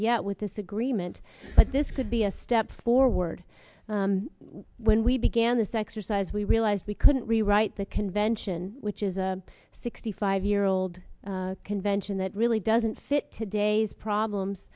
yet with this agreement but this could be a step forward when we began this exercise we realized we couldn't rewrite the convention which is a sixty five year old convention that really doesn't fit today's